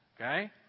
Okay